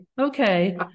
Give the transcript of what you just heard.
okay